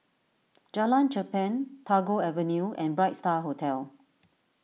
Jalan Cherpen Tagore Avenue and Bright Star Hotel